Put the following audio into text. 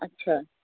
ਅੱਛਾ